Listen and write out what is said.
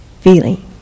Feeling